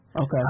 Okay